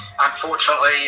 unfortunately